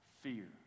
Fear